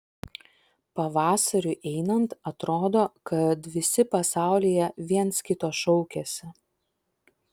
pavasariui einant atrodo kad visi pasaulyje viens kito šaukiasi